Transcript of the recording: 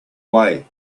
way